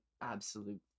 absolute